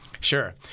Sure